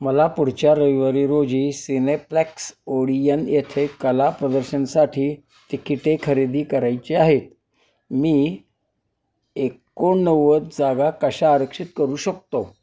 मला पुढच्या रविवारी रोजी सिनेप्लेक्स ओडियन येथे कला प्रदर्शनासाठी तिकिटे खरेदी करायची आहेत मी एकोणनव्वद जागा कशा आरक्षित करू शकतो